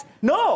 No